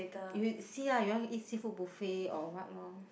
if you see lah you want eat seafood buffet or what loh